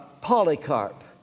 Polycarp